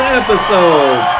episode